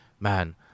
man